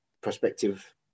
prospective